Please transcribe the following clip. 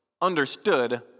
understood